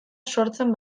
sortzen